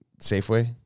safeway